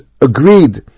agreed